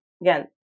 Again